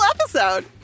episode